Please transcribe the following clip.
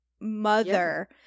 mother